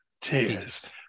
tears